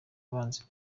abanzi